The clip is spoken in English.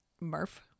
Murph